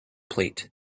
plate